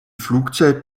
flugzeit